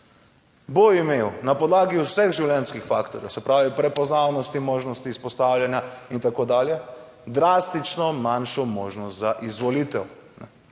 bo imel na podlagi vseh življenjskih faktorjev, se pravi prepoznavnosti, možnosti izpostavljanja in tako dalje, drastično manjšo možnost za izvolitev.